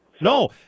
No